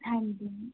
हां जी